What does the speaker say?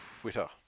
Twitter